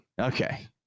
Okay